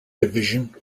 division